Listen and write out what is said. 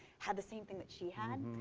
had the same thing that she had.